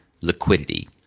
Liquidity